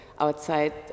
outside